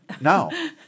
No